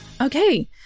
Okay